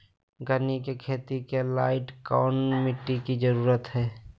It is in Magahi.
गन्ने की खेती के लाइट कौन मिट्टी की जरूरत है?